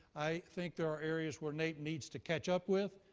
i think there are areas where naep needs to catch up with.